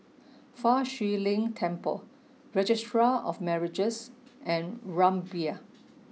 Fa Shi Lin Temple Registrar of Marriages and Rumbia